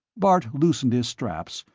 bart loosened his straps,